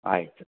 ಆಯಿತು